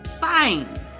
fine